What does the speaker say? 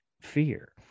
fear